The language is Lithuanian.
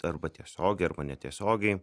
arba tiesiogiai arba netiesiogiai